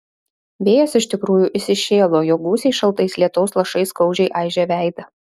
vėjas iš tikrųjų įsišėlo jo gūsiai šaltais lietaus lašais skaudžiai aižė veidą